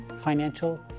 financial